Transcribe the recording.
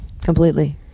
Completely